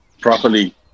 properly